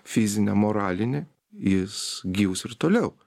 fizinę moralinę jis gyvas ir toliau